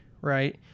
right